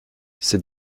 c’est